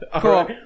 cool